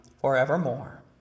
forevermore